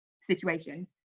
situation